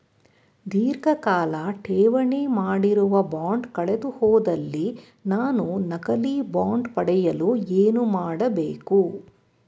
ಧೀರ್ಘಕಾಲ ಠೇವಣಿ ಮಾಡಿರುವ ಬಾಂಡ್ ಕಳೆದುಹೋದಲ್ಲಿ ನಾನು ನಕಲಿ ಬಾಂಡ್ ಪಡೆಯಲು ಏನು ಮಾಡಬೇಕು?